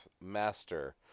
Master